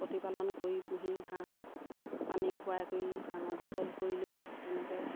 প্ৰতিপালন কৰি পুহি ঘাঁহ পানী খোৱাই কৰি ডাঙৰ দীঘল কৰিলেও তেনেকৈ